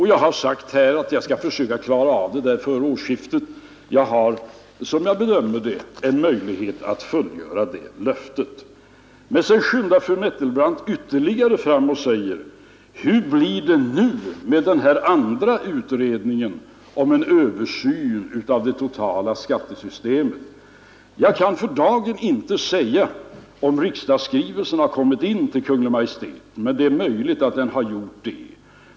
Jag har sagt, att jag skall försöka klara av det före årsskiftet, och jag bedömer det som möjligt att fullgöra det löftet. Men sedan skyndar fru Nettelbrandt ytterligare fram och säger: Hur blir det nu med den här andra utredningen om en översyn av det totala skattesystemet? Jag kan för dagen inte säga, om riksdagsskrivelsen har kommit in till Kungl. Maj:t, men det är möjligt att den har gjort det.